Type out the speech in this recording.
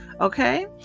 okay